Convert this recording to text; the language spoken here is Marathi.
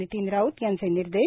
नितीन राऊत यांचे निर्देश